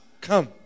come